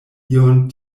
ion